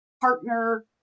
partner